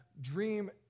dream